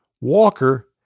Walker